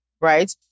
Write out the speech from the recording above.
right